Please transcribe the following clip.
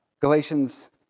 Galatians